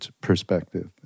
perspective